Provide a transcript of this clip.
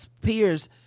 peers